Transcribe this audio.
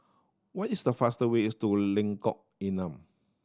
what is the faster way is to Lengkok Enam